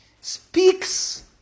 speaks